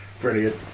Brilliant